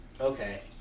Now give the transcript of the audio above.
Okay